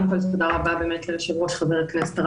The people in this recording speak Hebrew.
תודה רבה באמת ליושב-ראש, חבר הכנסת,